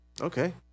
okay